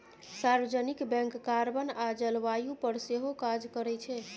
सार्वजनिक bank carbon आ जलबायु पर सेहो काज करै छै